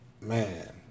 man